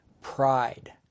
pride